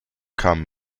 kam